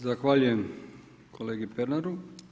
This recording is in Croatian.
Zahvaljujem kolegi Pernaru.